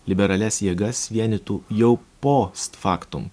liberalias jėgas vienytų jau post faktum